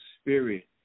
spirit